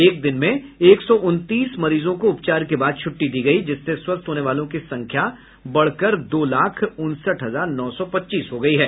एक दिन में एक सौ उनतीस मरीजों को उपचार के बाद छुट्टी दी गई जिससे स्वस्थ होने वालों की संख्या दो लाख उनसठ हजार नौ सौ पच्चीस हो गई है